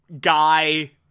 guy